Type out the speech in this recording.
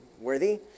worthy